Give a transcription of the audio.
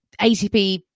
ATP